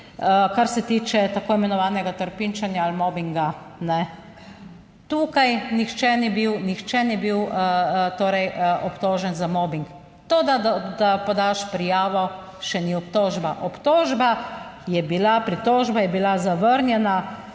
kar se tiče tako imenovanega trpinčenja ali mobinga. Tukaj nihče ni bil, nihče ni bil torej obtožen za mobing. To, da podaš prijavo še ni obtožba. Obtožba je bila, pritožba je bila zavrnjena